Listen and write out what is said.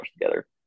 together